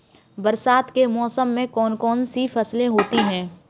बरसात के मौसम में कौन कौन सी फसलें होती हैं?